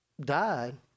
died